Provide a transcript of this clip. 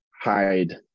hide